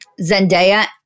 Zendaya